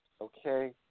Okay